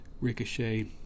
Ricochet